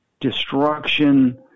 destruction